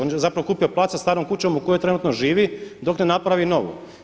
On je zapravo kupio plac sa starom kućom u kojoj trenutno živi dok ne napravi novu.